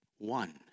One